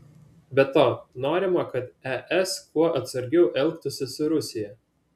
be to norima kad es kuo atsargiau elgtųsi su rusija